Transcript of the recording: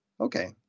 Okay